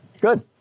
Good